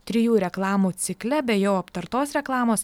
trijų reklamų cikle be jau aptartos reklamos